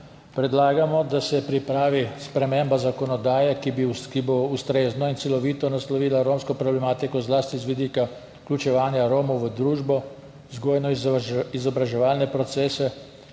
predlagamo, da se pripravi sprememba zakonodaje, ki bo ustrezno in celovito naslovila romsko problematiko zlasti z vidika vključevanja Romov v družbo, vzgojno-izobraževalne procese,